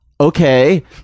okay